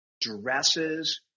dresses